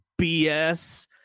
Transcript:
BS